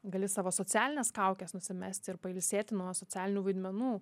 gali savo socialines kaukes nusimesti ir pailsėti nuo socialinių vaidmenų